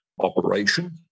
operation